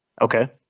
Okay